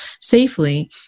safely